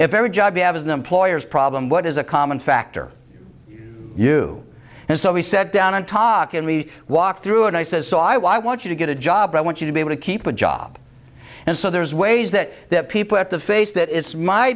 if every job you have is an employer's problem what is a common factor do and so we set down and talk and we walk through and i says so i want you to get a job i want you to be able to keep my job and so there's ways that that people have to face that it's my